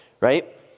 right